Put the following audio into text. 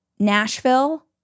Nashville